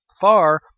far